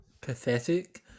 pathetic